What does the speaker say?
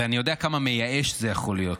ואני יודע כמה מייאש זה יכול להיות,